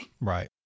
Right